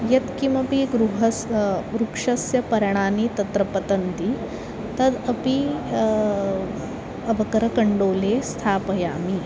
यत्किमपि गृहस्य वृक्षस्य पर्णानि तत्र पतन्ति तद् अपि अवकरकण्डोले स्थापयामि